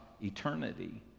eternity